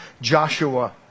Joshua